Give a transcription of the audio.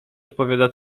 odpowiada